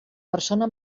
persona